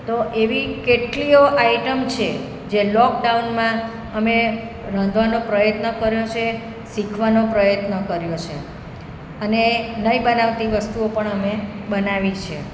તો એવી કેટલીએ આઈટમ છે જે લોકડાઉનમાં અમે રાંધવાનો પ્રયત્ન કર્યો છે શીખવાનો પ્રયત્ન કર્યો છે અને નહિ બનાવતી વસ્તુઓ પણ અમે બનાવી છે